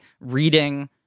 reading